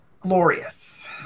glorious